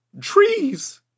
Trees